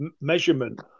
measurement